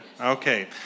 okay